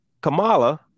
Kamala